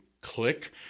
Click